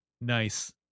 nice